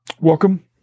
Welcome